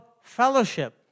fellowship